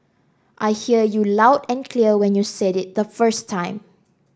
I heard you loud and clear when you said it the first time